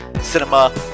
Cinema